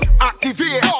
Activate